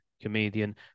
comedian